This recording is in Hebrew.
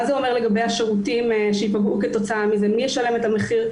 מה זה אומר לגבי השירותים שייפגעו כתוצאה מזה ומי ישלם את המחיר.